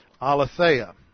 aletheia